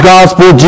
Gospel